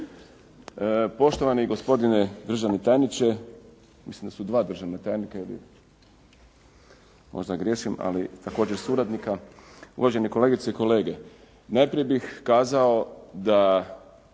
Poštovani gospodine državni tajniče, mislim da su dva državna tajnika ili možda griješim, ali također suradnika, uvažene kolegice i kolege. Najprije bih kazao da